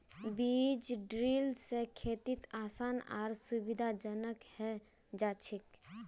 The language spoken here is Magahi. बीज ड्रिल स खेती आसान आर सुविधाजनक हैं जाछेक